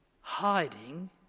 hiding